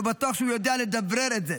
לא בטוח שהוא יודע לדברר את זה.